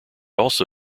also